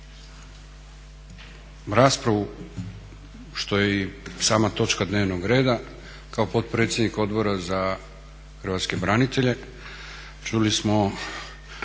raspravu što je i sama točka dnevnog reda kao potpredsjednik Odbora za hrvatske branitelje. Čuli smo